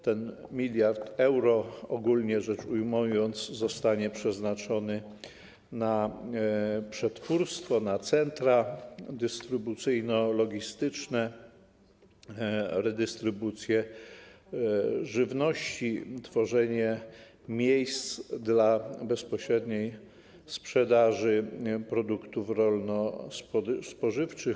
Ten 1 mld euro, ogólnie rzecz ujmując, zostanie przeznaczony na przetwórstwo, na centra dystrybucyjno-logistyczne, redystrybucję żywności, tworzenie miejsc dla bezpośredniej sprzedaży produktów rolno-spożywczych.